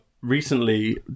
recently